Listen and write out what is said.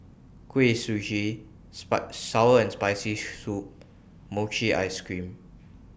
Kuih Suji Sour and Spicy Soup and Mochi Ice Cream